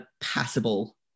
passable